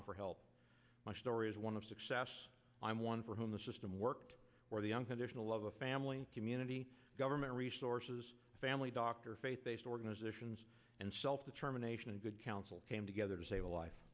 offer help my story is one of success i'm one for whom the system worked for the unconditional love of family community government resources family doctor faith based organizations and self determination and good counsel came together to save a life